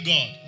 God